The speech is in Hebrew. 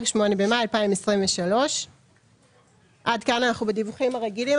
(8 במאי 2023); עד כאן אנחנו בדיווחים הרגילים.